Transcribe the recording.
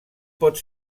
pot